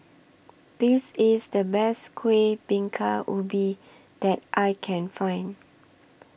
This IS The Best Kuih Bingka Ubi that I Can Find